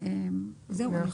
בסדר.